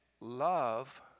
love